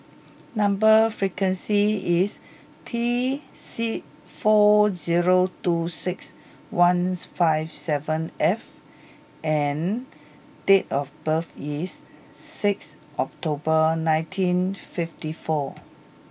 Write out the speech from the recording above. number sequence is T four zero two six one five seven F and date of birth is sixth October nineteen fifty four